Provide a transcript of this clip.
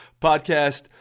podcast